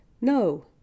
No